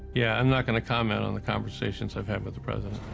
yeah, i'm not gonna comment on the conversations i've had with the president.